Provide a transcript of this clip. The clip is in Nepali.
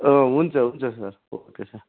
अँ हुन्छ हुन्छ सर ओके सर